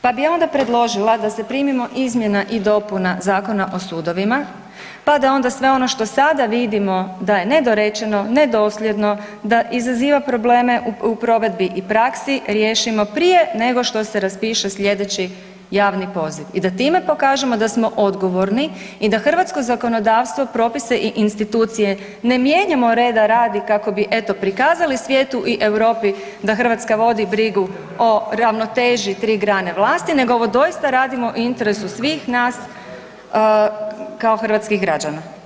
Pa bi ja onda predložila da se primimo izmjena i dopuna Zakona o sudovima pa da onda sve ono što sada vidimo da je nedorečeno, nedosljedno, da izaziva probleme u provedbi i praksi riješimo prije nego što se raspiše slijedeći javni poziv i da time pokažemo da smo odgovorni i da hrvatsko zakonodavstvo propise i institucije ne mijenjamo reda radi kako bi eto prikazali svijetu i Europi da Hrvatska vodi brigu o ravnoteži tri grane vlasti, nego ovo doista radimo u interesu svih nas kao hrvatskih građana.